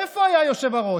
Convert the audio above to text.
איפה היה היושב-ראש?